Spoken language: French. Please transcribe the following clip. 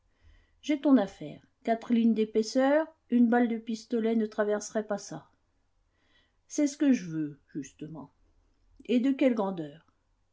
j'ai ton affaire quatre lignes d'épaisseur une balle de pistolet ne traverserait pas ça c'est ce que je veux justement et de quelle grandeur